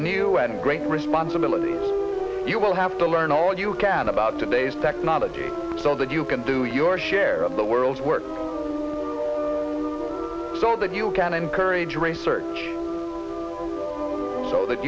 new and great responsibility you will have to learn all you can about today's technology so that you can do your share of the world's work so that you can encourage research so that